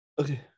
Okay